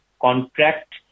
contract